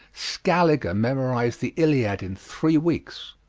scaliger memorized the iliad in three weeks.